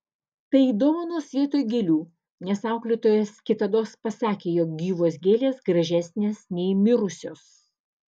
tai dovanos vietoj gėlių nes auklėtojas kitados pasakė jog gyvos gėlės gražesnės nei mirusios